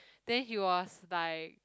then he was like